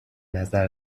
نظر